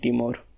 more